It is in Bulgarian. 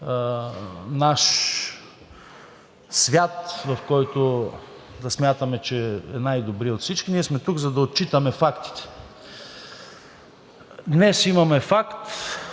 наш свят, който да смятаме, че е най добрият от всички. Ние сме тук, за да отчитаме фактите. Днес имаме факт,